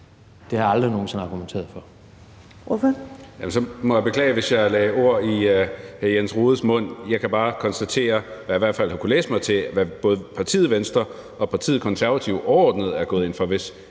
Det har jeg aldrig nogen sinde argumenteret for. Kl.